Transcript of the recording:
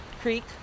creek